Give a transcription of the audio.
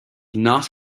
not